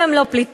שהם לא פליטים,